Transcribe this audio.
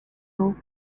home